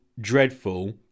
dreadful